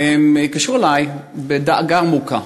והם התקשרו אלי בדאגה עמוקה,